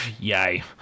yay